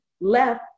left